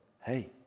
hey